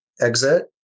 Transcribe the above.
exit